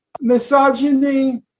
misogyny